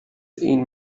این